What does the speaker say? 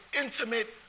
intimate